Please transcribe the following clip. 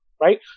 right